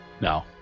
No